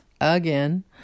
again